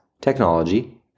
technology